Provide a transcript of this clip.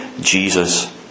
Jesus